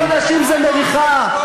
שלושה חודשים זה מריחה,